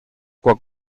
quan